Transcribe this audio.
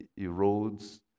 erodes